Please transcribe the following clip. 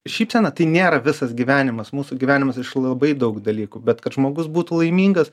šypsena tai nėra visas gyvenimas mūsų gyvenimas iš labai daug dalykų bet kad žmogus būtų laimingas